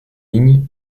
ligne